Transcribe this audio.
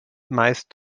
meist